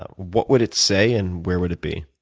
ah what would it say and where would it be?